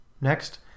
Next